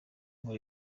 ngo